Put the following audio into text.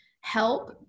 help